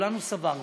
וכולנו סברנו,